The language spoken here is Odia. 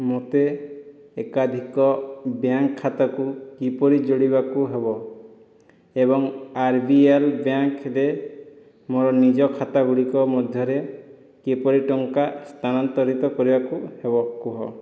ମୋତେ ଏକାଧିକ ବ୍ୟାଙ୍କ ଖାତାକୁ କିପରି ଯୋଡ଼ିବାକୁ ହେବ ଏବଂ ଆର୍ ବି ଏଲ୍ ବ୍ୟାଙ୍କରେ ମୋର ନିଜ ଖାତା ଗୁଡ଼ିକ ମଧ୍ୟରେ କିପରି ଟଙ୍କା ସ୍ଥାନାନ୍ତରିତ କରିବାକୁ ହେବ କୁହ